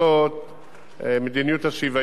מדיניות השוויון היא ברורה,